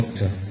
অগত্যা